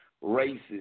races